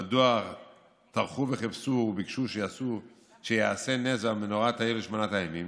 מדוע טרחו וחיפשו וביקשו שייעשה נס והמנורה תאיר לשמונת הימים?